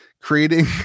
creating